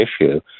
issue